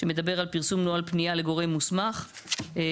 שמדבר על פרסום נוהל פנייה לגורם מוסמך או